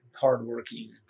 hardworking